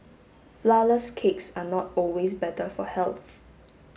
flourless cakes are not always better for health